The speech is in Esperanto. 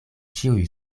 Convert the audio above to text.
ĉiuj